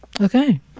Okay